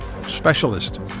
specialist